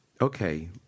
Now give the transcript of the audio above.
okay